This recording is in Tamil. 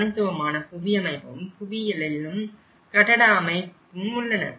தனித்துவமான புவியமைப்பும் புவியியலும் கட்டட அமைப்பும் உள்ளன